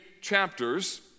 chapters